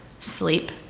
sleep